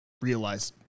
realized